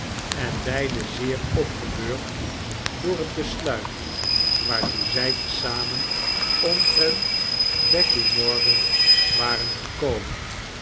en beide zeer opgebeurd door het besluit waartoe zij te zamen omtrent becky morgan waren gekomen